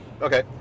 Okay